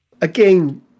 again